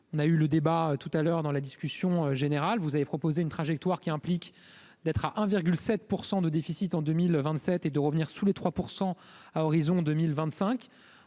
on a eu le débat tout à l'heure dans la discussion générale, vous avez proposé une trajectoire qui implique d'être à un virgule 7 pour 100 de déficit en 2027 et de revenir sous les 3 % à horizon 2025